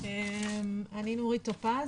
אני נורית טופז,